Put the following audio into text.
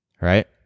right